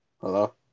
Hello